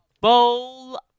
bowl